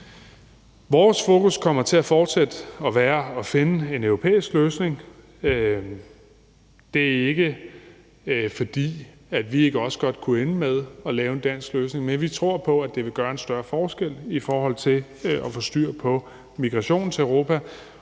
Vores fokus kommer fortsat til at være på at finde en europæisk løsning. Det er ikke, fordi vi ikke også godt kunne ende med at lave en dansk løsning, men vi tror på, at det vil gøre en større forskel i forhold til at få styr på migrationen til Europa,